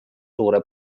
suure